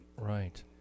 Right